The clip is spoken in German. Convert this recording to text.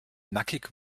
nackig